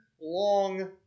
long